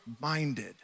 minded